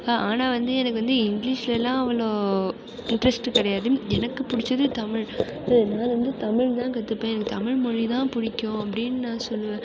ஆனால் வந்து எனக்கு வந்து இங்கிலீஷ்லலாம் அவ்வளோ இன்ட்ரஸ்ட்டு கிடையாது எனக்கு பிடிச்சது தமிழ் போ நா வந்து தமிழ்தான் கற்றுப்பேன் எனக்கு தமிழ்மொழிதான் பிடிக்கும் அப்படின்னு நான் சொல்லுவேன்